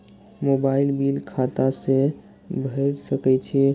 Mobile bill खाता से भेड़ सके छि?